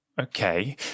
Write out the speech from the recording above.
Okay